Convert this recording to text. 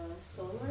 solar